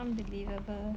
unbelievable